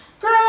Girl